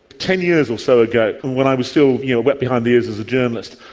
ten years or so ago when i was still you know wet behind the ears as a journalist,